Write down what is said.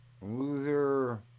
loser